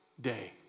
day